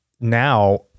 now